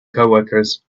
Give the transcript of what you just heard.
coworkers